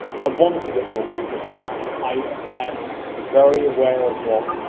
i want to get more consistent on it. i i am very aware of what